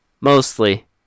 mostly